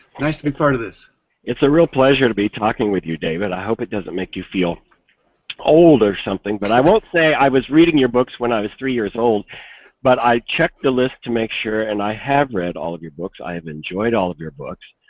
nice to be part of this its a real pleasure to be talking with you, david. i hope it doesn't make you feel old or something but i will say i was reading your books when i was three years old but i checked the list to make sure and i have read all of your books i've enjoyed all of your books